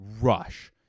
rush